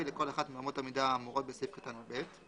לכל אחת מאמות המידה האמורות בסעיף קטן (ב)